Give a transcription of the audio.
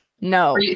no